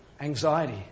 anxiety